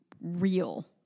real